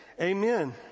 Amen